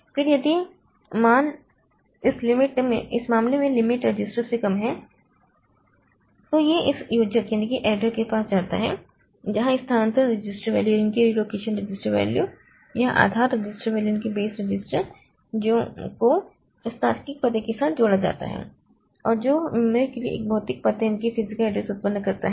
फिर यदि मान उस मामले में लिमिट रजिस्टर से कम है तो वह इस योजक के पास जाता है जहां इस स्थानांतरण रजिस्टर मूल्य या आधार रजिस्टर मूल्य को इस तार्किक पते के साथ जोड़ा जाता है और जो मेमोरी के लिए एक भौतिक पता उत्पन्न करता है